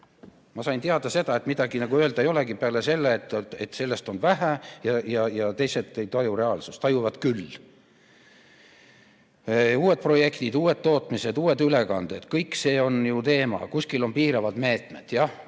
Ma sain teada, et midagi öelda ei olegi, peale selle, et sellest on vähe ja teised ei taju reaalsust. Tajuvad küll. Uued projektid, uued tootmised, uued ülekanded – kõik see on ju teema. Kuskil piiravad meetmed. Jah,